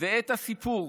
ואת הסיפור